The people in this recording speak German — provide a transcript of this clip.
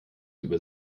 über